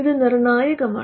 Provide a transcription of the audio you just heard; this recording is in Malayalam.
ഇത് നിർണായകമാണ്